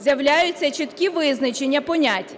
З'являються чіткі визначення понять: